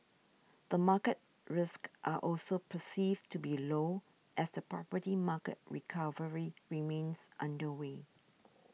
the market risks are also perceived to be low as the property market recovery remains underway